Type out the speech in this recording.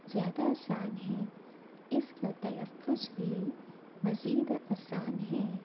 زیادہ آسان ہے اس کا تلفظ بھی مزید آسان ہے